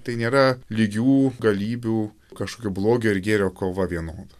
tai nėra lygių galybių kažkokio blogio ir gėrio kova vienoda